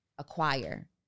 Acquire